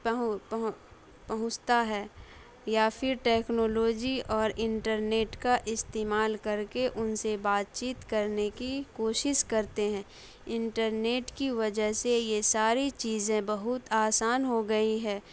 پہنچتا ہے یا پھر ٹیکنالوجی اور انٹرنیٹ کا استعمال کر کے ان سے بات چیت کرنے کی کوشش کرتے ہیں انٹرنیٹ کی وجہ سے یہ ساری چیزیں بہت آسان ہو گئی ہے